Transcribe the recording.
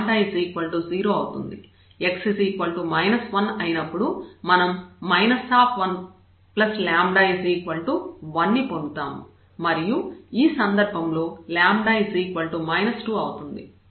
x 1 అయినప్పుడు మనం 1λ 1 ని పొందుతాము మరియు ఈ సందర్భంలో λ 2 అవుతుంది